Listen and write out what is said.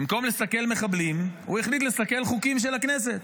במקום לסכל מחבלים, החליט לסכל חוקים של הכנסת.